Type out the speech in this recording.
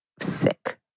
sick